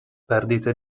perdite